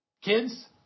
Kids